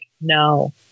no